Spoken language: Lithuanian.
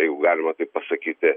jeigu galima taip pasakyti